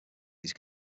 these